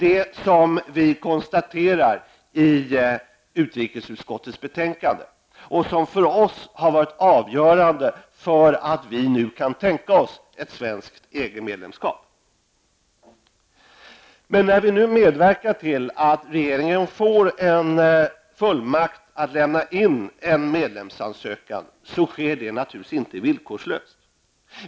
Detta konstateras i utrikesutskottets betänkande och har varit avgörande för att vi nu kan tänka oss ett svenskt medlemskap i EG. Vi medverkar nu till att regeringen får en fullmakt att lämna in en medlemsansökan, men det sker naturligtvis inte villkorslöst.